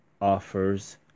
offers